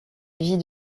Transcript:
vie